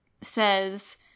says